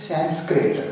Sanskrit